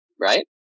right